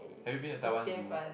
have you been to Taiwan zoo